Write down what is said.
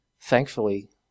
thankfully